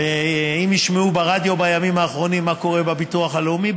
ואם ישמעו ברדיו בימים האחרונים מה קורה בביטוח הלאומי,